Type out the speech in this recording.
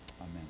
Amen